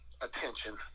attention